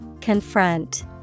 Confront